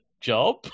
job